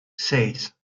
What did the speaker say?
seis